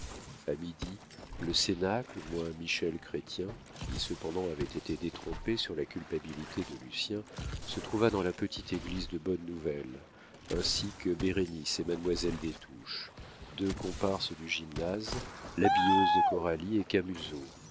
a midi le cénacle moins michel chrestien qui cependant avait été détrompé sur la culpabilité de lucien se trouva dans la petite église de bonne-nouvelle ainsi que bérénice et mademoiselle des touches deux comparses du gymnase l'habilleuse de coralie